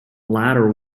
latter